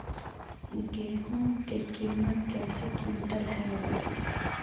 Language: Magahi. गेहू के किमत कैसे क्विंटल है?